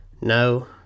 No